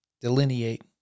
delineate